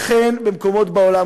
אכן במקומות בעולם,